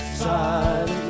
side